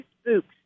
Spooks